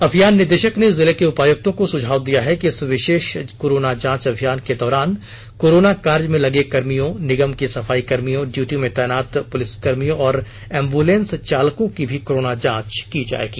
अभियान निदेशक ने जिले के उपायक्तों को सुझाव दिया है कि इस विशेष कोरोना जांच अभियान के दौरान कोरोना कार्य में लगे कर्मियों निगम के सफाई कर्मियों डयूटी में तैनात पुलिस कर्मियों और एम्बुलेंस चालकों की भी कोरोना जांच की जाएगी